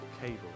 Cable